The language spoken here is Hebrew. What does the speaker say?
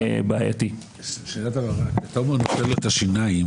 עצם ההתעקשות שלך על מודל שבו 61,